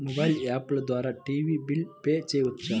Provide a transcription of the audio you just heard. Mobile app ద్వారా TV bill pay చేయవచ్చా?